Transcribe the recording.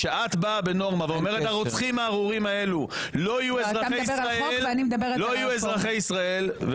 כשאת באה בנורמה ואומרת: הרוצחים הארורים האלה לא יהיו אזרחי ישראל,